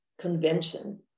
convention